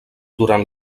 durant